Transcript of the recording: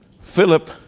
Philip